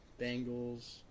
Bengals